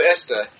Esther